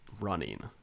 running